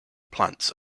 plants